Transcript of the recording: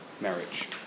marriage